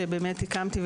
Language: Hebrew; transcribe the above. שאותו הקמתי,